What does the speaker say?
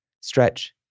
stretch